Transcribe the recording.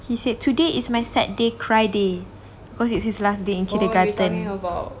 he said today is my sad day cry day because it's his last day in kindergarten